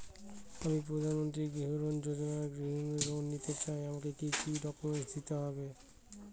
আমি প্রধানমন্ত্রী গৃহ ঋণ যোজনায় গৃহ ঋণ নিতে চাই আমাকে কি কি ডকুমেন্টস দিতে হবে?